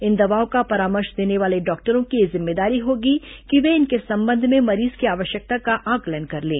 इन दवाओं का परामर्श देने वाले डॉक्टरों की यह जिम्मेदारी होगी कि वे इनके संबंध में मरीज की आवश्यकता का आकलन कर लें